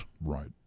Right